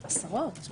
עשרות.